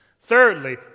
Thirdly